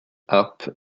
harpe